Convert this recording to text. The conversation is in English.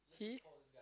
he